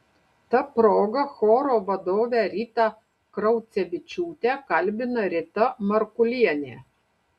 ta proga choro vadovę ritą kraucevičiūtę kalbina rita markulienė